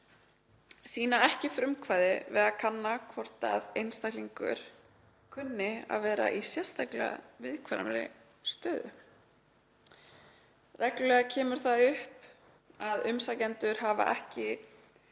sýni ekki frumkvæði við að kanna hvort einstaklingur kunni að vera í sérstaklega viðkvæmri stöðu. „Reglulega kemur það upp að umsækjendur hafa ekki